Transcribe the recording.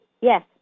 Yes